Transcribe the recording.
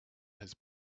has